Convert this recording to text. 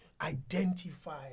identify